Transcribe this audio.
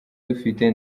dufite